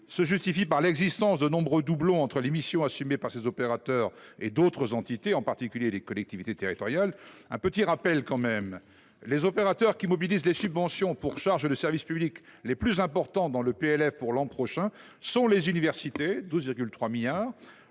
se justifierait par l’existence de nombreux doublons dans les missions assumées par les opérateurs de l’État et d’autres entités, en particulier les collectivités territoriales… Je rappelle que les opérateurs qui mobilisent les subventions pour charges de service public les plus importantes dans le PLF pour l’an prochain sont : les universités pour 12,3 milliards